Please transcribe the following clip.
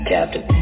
Captain